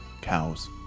cows